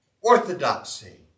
orthodoxy